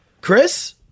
Chris